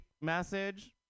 message